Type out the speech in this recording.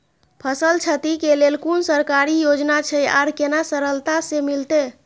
फसल छति के लेल कुन सरकारी योजना छै आर केना सरलता से मिलते?